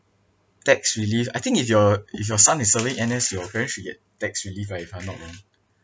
tax relief I think if your if your son is serving N_S your parents should get tax relief ah if I'm not wrong